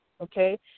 okay